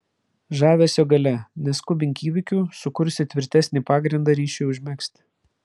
žavesio galia neskubink įvykių sukursi tvirtesnį pagrindą ryšiui užmegzti